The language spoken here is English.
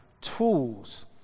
tools